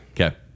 Okay